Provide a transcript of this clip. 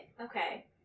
Okay